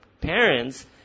parents